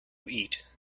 eat